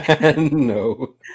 No